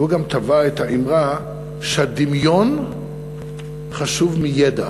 והוא גם טבע את האמרה, שהדמיון חשוב מידע,